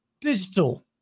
digital